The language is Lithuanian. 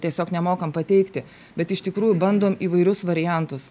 tiesiog nemokam pateikti bet iš tikrųjų bandom įvairius variantus